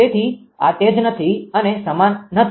તેથી આ તે જ નથી અને આ સમાન નથી